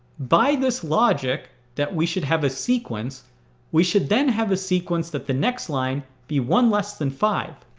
by this logic that we should have a sequence we should then have a sequence that the next line be one less than five.